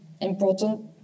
important